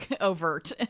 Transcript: overt